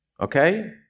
Okay